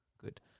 good